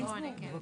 מי נגד?